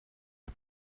him